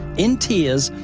in tears,